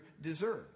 deserve